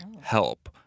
Help